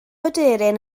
aderyn